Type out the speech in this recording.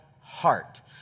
heart